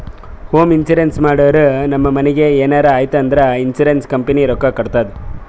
home insurance ಮಾಡುರ್ ನಮ್ ಮನಿಗ್ ಎನರೇ ಆಯ್ತೂ ಅಂದುರ್ ಇನ್ಸೂರೆನ್ಸ್ ಕಂಪನಿ ರೊಕ್ಕಾ ಕೊಡ್ತುದ್